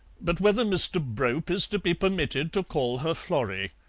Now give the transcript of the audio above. but whether mr. brope is to be permitted to call her florrie.